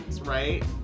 right